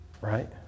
Right